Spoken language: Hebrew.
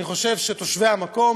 אני חושב שתושבי המקום,